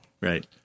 Right